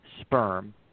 sperm